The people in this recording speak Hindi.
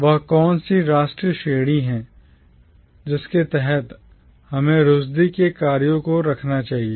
वह कौन सी राष्ट्रीय श्रेणी है जिसके तहत हमें Rushdie रुश्दी के कार्यों को रखना चाहिए